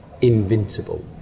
invincible